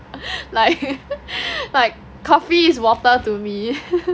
like like coffee is water to me